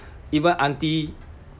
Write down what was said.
even aunty